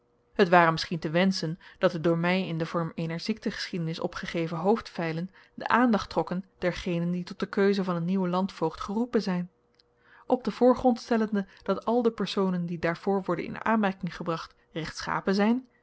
het ware misschien te wenschen dat de door my in den vorm eener ziektegeschiedenis opgegeven hoofdfeilen de aandacht trokken dergenen die tot de keuze van een nieuwen landvoogd geroepen zyn op den voorgrond stellende dat al de personen die daarvoor worden in aanmerking gebracht rechtschapen zyn